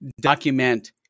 document